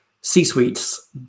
C-suites